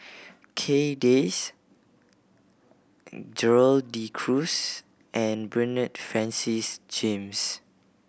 Kay Das Gerald De Cruz and Bernard Francis James